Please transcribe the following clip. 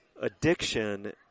addiction